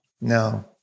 No